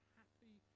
happy